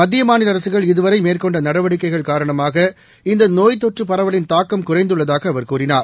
மத்தியமாநிலஅரசுகள் இதுவரைமேற்கொண்டநடவடிக்கைகள் காரணமாக இந்தநோய்த்தொற்றுபரவலின் தாக்கம் குறைந்துள்ளதாகக் அவர் கூறினார்